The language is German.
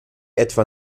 etwa